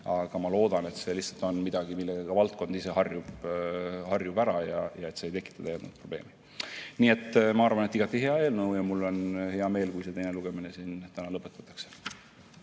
aga ma loodan, et see on lihtsalt midagi, millega ka valdkond ise ära harjub ja et see ei tekita täiendavaid probleeme. Nii et ma arvan, et igati hea eelnõu. Mul on hea meel, kui teine lugemine täna lõpetatakse.